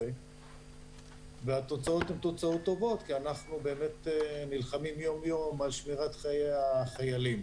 הדבר הזה יצר צמצום משמעותי בהגעה של חיילים